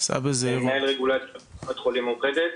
מנהל רגולציה בקופת חולים מאוחדת.